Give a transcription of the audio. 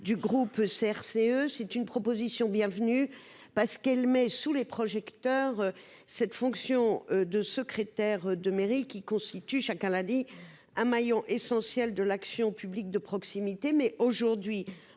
du groupe CRCE, c'est une proposition bienvenue parce qu'elle met sous les projecteurs. Cette fonction de secrétaire de mairie qui constituent chacun lundi un maillon essentiel de l'action publique de proximité